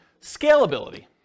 Scalability